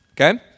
okay